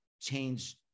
change